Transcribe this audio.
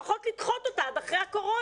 לפחות לדחות אותה עד אחרי הקורונה.